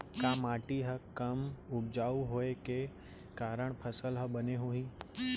का माटी हा कम उपजाऊ होये के कारण फसल हा बने होही?